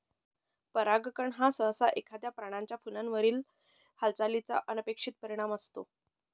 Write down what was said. परागकण हा सहसा एखाद्या प्राण्याचा फुलावरील हालचालीचा अनपेक्षित परिणाम असतो